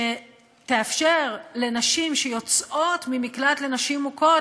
שתאפשר לנשים שיוצאות ממקלט לנשים מוכות